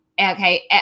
Okay